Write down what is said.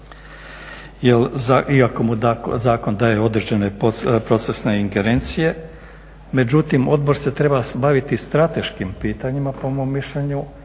iako mu zakon daje određene procesne ingerencije. Međutim, odbor se treba baviti strateškim pitanjima po mom mišljenju